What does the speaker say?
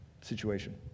situation